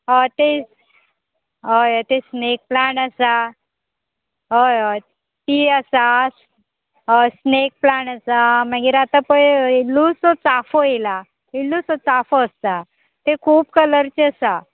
हय ते हय हय ते स्नेक प्लांट आसा हय हय ती आसा हय स्नेक प्लांट आसा मागीर आतां पळय इल्लूचो चाफो येयला इल्लूचो चाफो आसा ते खूब कलरचे आसा